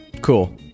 Cool